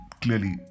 Clearly